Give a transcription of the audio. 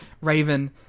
Raven